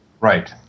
Right